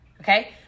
okay